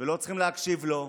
ולא צריכים להקשיב לו.